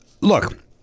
Look